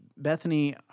Bethany